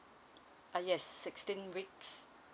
uh yes sixteen weeks